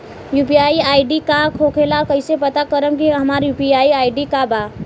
UPI ID का होखेला और कईसे पता करम की हमार यू.पी.आई आई.डी का बा?